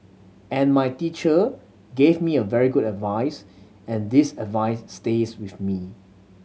and my teacher gave me a very good advice and this advice stays with me